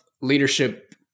leadership